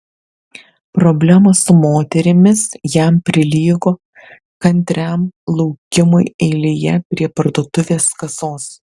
problemos su moterimis jam prilygo kantriam laukimui eilėje prie parduotuvės kasos